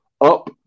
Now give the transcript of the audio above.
up